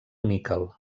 níquel